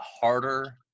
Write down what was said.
harder